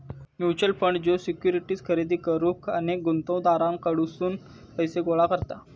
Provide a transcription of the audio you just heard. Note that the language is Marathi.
म्युच्युअल फंड ज्यो सिक्युरिटीज खरेदी करुक अनेक गुंतवणूकदारांकडसून पैसो गोळा करता